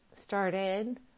started